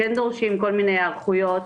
דורשים היערכויות.